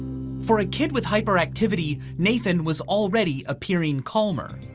for a kid with hyperactivity, nathan was already appearing calmer.